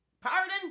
Pardon